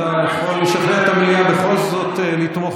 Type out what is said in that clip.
אתה יכול לשכנע את המליאה בכל זאת לתמוך